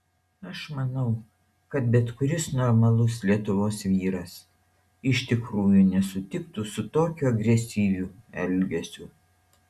aš manau kad bet kuris normalus lietuvos vyras iš tikrųjų nesutiktų su tokiu agresyviu elgesiu